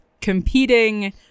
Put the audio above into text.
competing